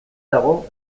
dago